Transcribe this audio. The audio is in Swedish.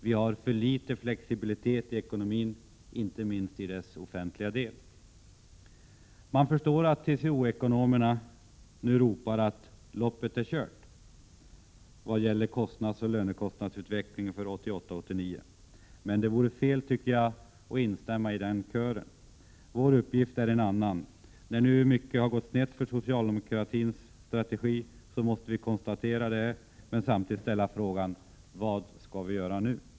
Vi har för liten flexibilitet i ekonomin — inte minst i dess offentliga del. Man förstår att TCO-ekonomerna nu ropar att loppet är kört vad gäller kostnadsutveckling 15 en och lönekostnadsutvecklingen för 1988/89. Men det vore fel att instämma i den kören, menar jag. Vår uppgift är en annan. Vi måste konstatera att mycket har gått snett för socialdemokratins strategi, men samtidigt måste vi ställa frågan: Vad skall vi göra nu?